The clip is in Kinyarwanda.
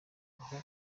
aho